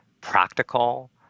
practical